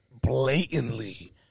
blatantly